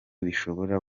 bishobora